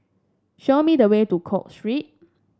show me the way to Cook Street